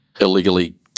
illegally